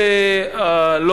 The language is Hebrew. זה לא